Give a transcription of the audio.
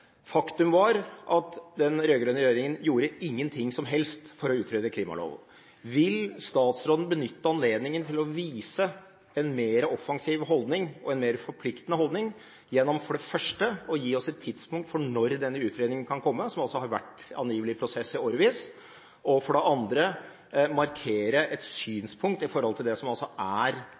Faktum var at den rød-grønne regjeringen ikke gjorde noe som helst for å utrede en klimalov. Vil statsråden benytte anledningen til å vise en mer offensiv holdning og en mer forpliktende holdning gjennom for det første å gi oss et tidspunkt for når denne utredningen kan komme, som angivelig har vært i prosess i årevis, og for det andre å markere et synspunkt i forhold til det som er